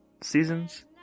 seasons